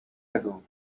ago